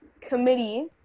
committee